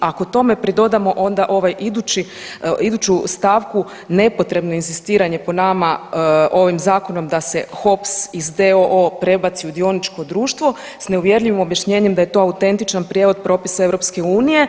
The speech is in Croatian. A ako tome pridodamo onda ovaj idući, iduću stavku nepotrebno inzistiranje po nama ovim zakonom da se HOPS iz d.o.o. prebaci u dioničko društvo s neuvjerljivim objašnjenjem da je to autentičan prijevod propisa EU.